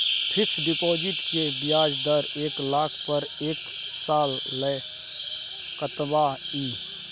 Fixed deposit के ब्याज दर एक लाख पर एक साल ल कतबा इ?